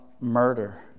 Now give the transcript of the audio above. murder